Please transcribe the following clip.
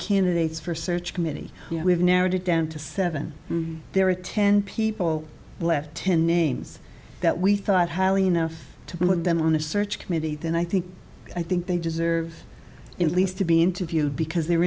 candidates for search committee we've narrowed it down to seven there are ten people left ten names that we thought highly enough to put them on the search committee then i think i think they deserve in the least to be interviewed because their